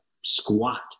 squat